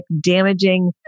damaging